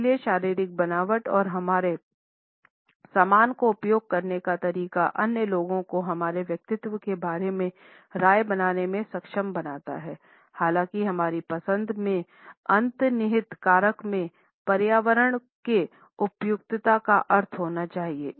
इसलिए शारीरिक बनावट और हमारे सामान को उपयोग करने का तरीका अन्य लोगों को हमारे व्यक्तित्व के बारे में राय बनाने में सक्षम बनाता है हालांकि हमारी पसंद में अंतर्निहित कारक में पर्यावरण से उपयुक्तता का अर्थ होना चाहिए